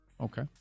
Okay